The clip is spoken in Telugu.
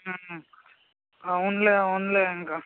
అవునులే అవునులే ఇంక